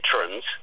veterans